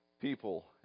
people